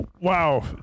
wow